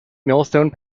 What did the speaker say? millstone